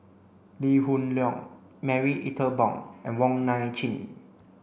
Lee Hoon Leong Marie Ethel Bong and Wong Nai Chin